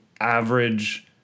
average